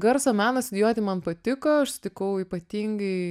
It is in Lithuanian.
garso meną studijuoti man patiko aš sutikau ypatingai